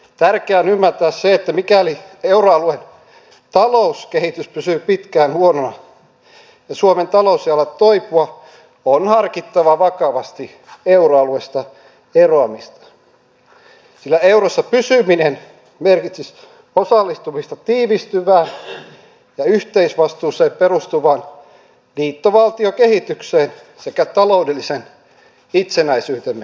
tärkeää on ymmärtää se että mikäli euroalueen talouskehitys pysyy pitkään huonona ja suomen talous ei ala toipua on harkittava vakavasti euroalueesta eroamista sillä eurossa pysyminen merkitsisi osallistumista tiivistyvään ja yhteisvastuuseen perustuvaan liittovaltiokehitykseen sekä taloudellisen itsenäisyytemme menettämistä